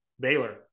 Baylor